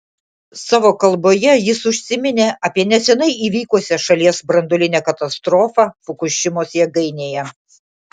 savo kalboje jis užsiminė apie neseniai įvykusią šalies branduolinę katastrofą fukušimos jėgainėje